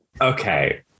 Okay